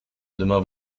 demain